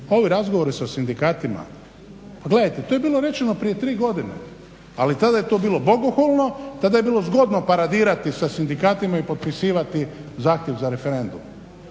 Ovi razgovori sa sindikatima, pa gledajte to je bilo rečeno prije tri godine, ali tada je to bilo bogohulno, tada je bilo zgodno paradirati sa sindikatima i potpisivati zahtjev za referendum.